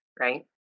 right